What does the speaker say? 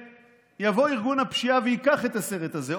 ויבוא ארגון הפשיעה וייקח את הסרט הזה,